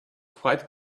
quite